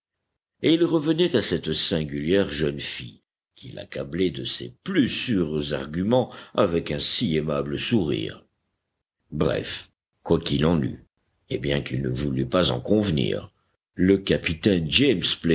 et il revenait à cette singulière jeune fille qui l'accablait de ses plus sûrs arguments avec un si aimable sourire bref quoi qu'il en eût et bien qu'il ne voulût pas en convenir le capitaine james